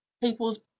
people's